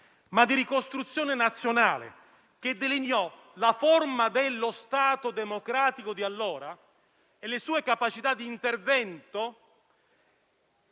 ma di ricostruzione nazionale, che delineò la forma dello Stato democratico di allora e le sue capacità d'intervento